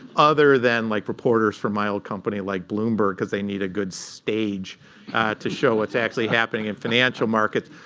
other than like reporters from my old company, like bloomberg, because they need a good stage to show what's actually happening in financial markets.